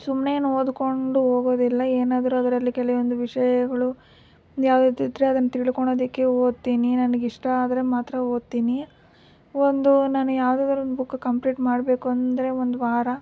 ಸುಮ್ಮನೆ ಏನು ಓದಿಕೊಂಡು ಹೋಗೋದಿಲ್ಲ ಏನಾದ್ರೂ ಅದರಲ್ಲಿ ಕೆಲ್ವೊಂದು ವಿಷಯಗಳು ಯಾವ್ದು ಯಾವ್ದಿದ್ರೆ ಅದನ್ನು ತಿಳ್ಕೋಳೋದಕ್ಕೆ ಓದ್ತೀನಿ ನನಗೆ ಇಷ್ಟ ಆದರೆ ಮಾತ್ರ ಓದ್ತೀನಿ ಒಂದು ನಾನು ಯಾವುದಾದ್ರೂ ಒಂದು ಬುಕ್ ಕಂಪ್ಲೀಟ್ ಮಾಡಬೇಕು ಅಂದರೆ ಒಂದು ವಾರ